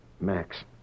Max